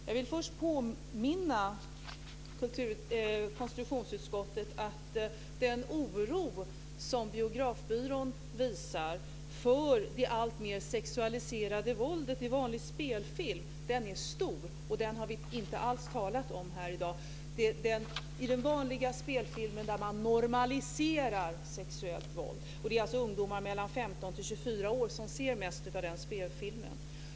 Fru talman! Jag vill först påminna konstitutionsutskottet om den oro som Biografbyrån visar för det alltmer sexualiserade våldet i vanlig spelfilm. Den är stor, och den har vi inte alls talat om här i dag. I den vanliga spelfilmen normaliserar man sexuellt våld, och det är alltså ungdomar mellan 15 och 24 år som ser mest av den spelfilmen.